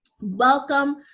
Welcome